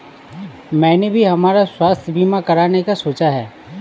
मैंने भी हमारा स्वास्थ्य बीमा कराने का सोचा है